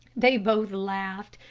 they both laughed,